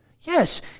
Yes